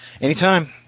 Anytime